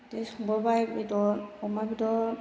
बिदिनो संबावबाय बेदर अमा बेदर